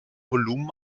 volumen